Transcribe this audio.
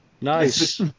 Nice